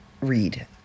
read